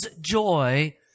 joy